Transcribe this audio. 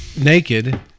naked